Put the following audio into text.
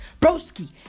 Broski